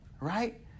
right